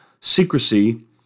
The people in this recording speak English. secrecy